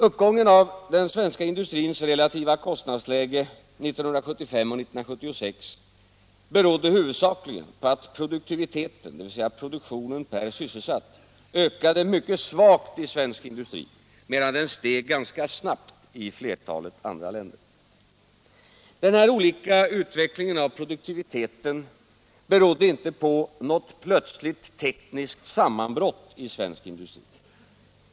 3) Uppgången av den svenska industrins relativa kostnadsläge 1975 och 1976 berodde huvudsakligen på att produktiviteten ökade mycket svagt i svensk industri, medan den steg ganska snabbt i flertalet andra länder. Denna olika utveckling av produktiviteten berodde inte på något plötsligt tekniskt sammanbrott i svensk industri.